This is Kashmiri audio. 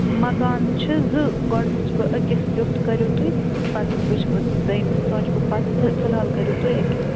مکان چھِ زٕ گۄڈٕ وُچھٕ بہٕ أکِس کٮُ۪تھ کٔرِو تُہۍ پتہٕ وُچھٕ بہٕ دوٚیمِس سونٛچہٕ بہٕ پتہٕ فِلحال کٔرِو تُہۍ أکِس